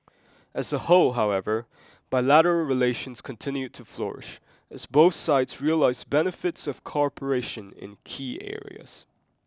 as a whole however bilateral relations continued to flourish as both sides realise benefits of cooperation in key areas